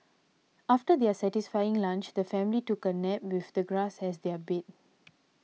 after their satisfying lunch the family took a nap with the grass as their bed